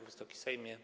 Wysoki Sejmie!